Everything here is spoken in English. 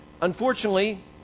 unfortunately